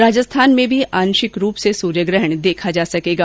राजस्थान में भी आंशिक रूप से सूर्य ग्रहण देखा जा सकेगा